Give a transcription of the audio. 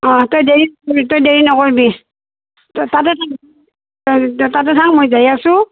অঁ তই দেৰি তই দেৰি নকৰিবি ত তাতে থ তাতে থাক মই যাই আছোঁ